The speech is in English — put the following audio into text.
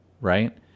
Right